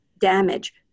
damage